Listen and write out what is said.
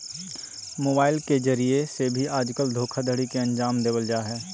mobile के जरिये से भी आजकल धोखाधडी के अन्जाम देवल जा हय